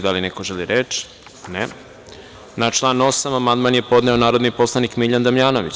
Da li neko želi reč? (Ne.) Na član 8. amandman je podneo narodni poslanik Miljan Damjanović.